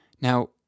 Now